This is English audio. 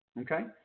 Okay